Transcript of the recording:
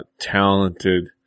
talented